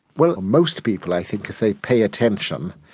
well, most people i think if they pay attention,